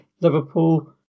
Liverpool